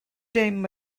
dim